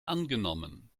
angenommen